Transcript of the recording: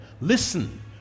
listen